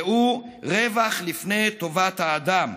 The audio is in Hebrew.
והוא רווח לפני טובת האדם.